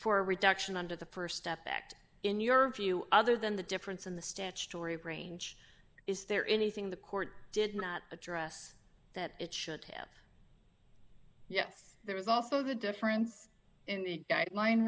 a reduction under the st step act in your view other than the difference in the statutory range is there anything the court did not address that it should have yes there was also the difference in the guideline